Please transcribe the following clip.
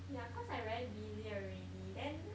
yeah cause I very busy already then